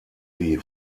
die